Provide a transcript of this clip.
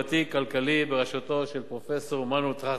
חברתי-כלכלי בראשותו של פרופסור מנואל טרכטנברג.